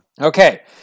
Okay